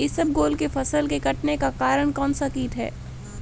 इसबगोल की फसल के कटने का कारण कौनसा कीट है?